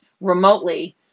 remotely